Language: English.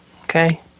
okay